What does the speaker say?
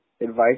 advice